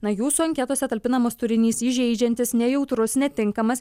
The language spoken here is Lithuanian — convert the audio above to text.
na jūsų anketose talpinamas turinys įžeidžiantis nejautrus netinkamas